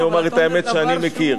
אני אומר את האמת שאני מכיר.